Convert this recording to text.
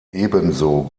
ebenso